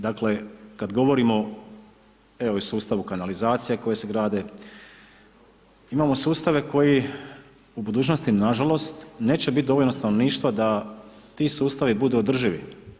Dakle, kad govorimo evo i sustavu kanalizacija koje se grade, imamo sustave koji u budućnosti nažalost neće bit dovoljno stanovništva da ti sustavi budu održivi.